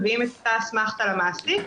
מביאים את האסמכתה למעסיק,